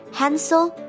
hansel